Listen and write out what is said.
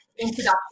introduction